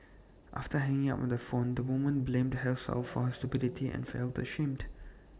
after hanging up on the phone the woman blamed herself for her stupidity and felt ashamed